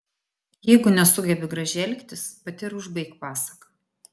jeigu nesugebi gražiai elgtis pati ir užbaik pasaką